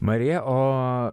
marija o